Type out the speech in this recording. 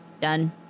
done